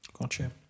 Gotcha